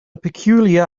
peculiar